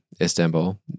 Istanbul